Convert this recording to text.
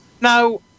Now